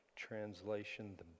translation